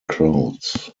crowds